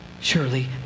Surely